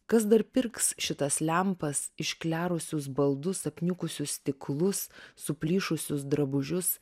kas dar pirks šitas lempas išklerusius baldus apniukusius stiklus suplyšusius drabužius